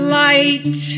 light